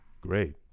Great